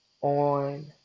on